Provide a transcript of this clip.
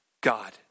God